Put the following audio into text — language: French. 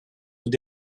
vous